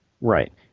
Right